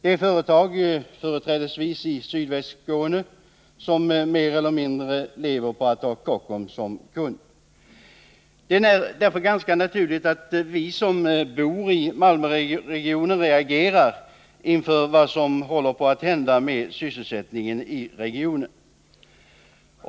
Det är företag, företrädesvis i Sydvästskåne, som mer eller mindre lever på att ha Kockums som kund. Det är därför ganska naturligt att vi som bor i Malmöregionen reagerar inför vad som håller på att hända med sysselsättningen där.